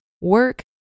work